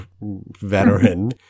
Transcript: veteran